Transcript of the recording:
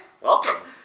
Welcome